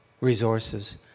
resources